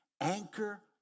anchor